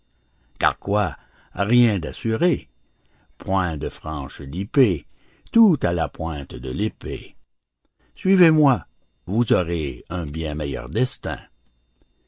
car quoi rien d'assuré point de franche lippée tout à la pointe de l'épée suivez-moi vous aurez un bien meilleur destin